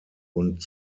und